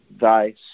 thy